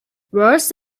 worse